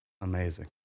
amazing